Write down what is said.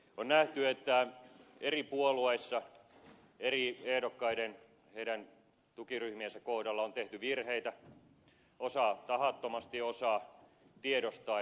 on nähty että eri puolueissa eri ehdokkaiden heidän tukiryhmiensä kohdalla on tehty virheitä osa tahattomasti osa tiedostaen